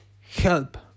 help